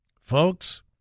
folks